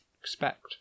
expect